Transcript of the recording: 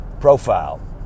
profile